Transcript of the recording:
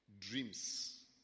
Dreams